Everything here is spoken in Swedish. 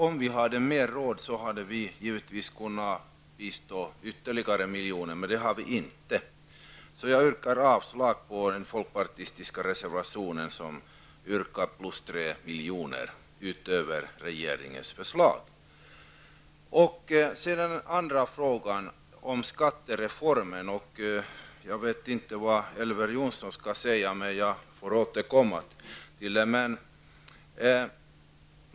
Om vi hade haft råd hade vi givetvis kunnat anslå ytterligare miljoner, men det har vi inte. Jag yrkar därför avslag på den folkpartistiska reservationen, där man yrkar på 3 miljoner utöver regeringens förslag. Den andra fråga som tas upp i det här sammanhanget är skattereformen. Jag vet inte vad Elver Jonsson tänker säga, så jag får väl återkomma till det.